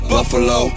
Buffalo